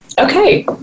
okay